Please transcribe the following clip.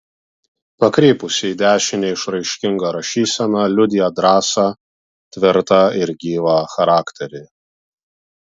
pakrypusi į dešinę išraiškinga rašysena liudija drąsą tvirtą ir gyvą charakterį